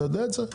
אתה יודע את זה?